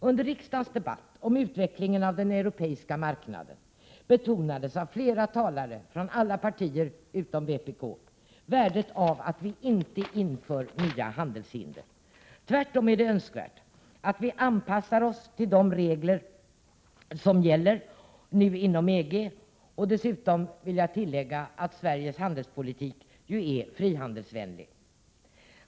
Under riksdagens debatt om utvecklingen av den europeiska marknaden betonades av flera talare från alla partier utom vpk värdet av att vi inte inför nya handelshinder. Tvärtom är det önskvärt att vi anpassar oss till de regler som gäller inom EG. Jag vill tillägga att Sveriges officiella politik ju är frihandelsvänlig.